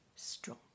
strong